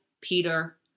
Peter